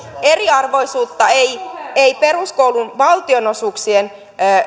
eriarvoisuutta ei ei peruskoulun valtionosuuksien